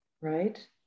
right